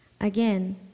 Again